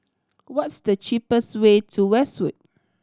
what is the cheapest way to Westwood